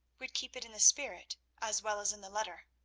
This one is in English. would keep it in the spirit as well as in the letter.